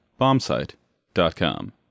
bombsite.com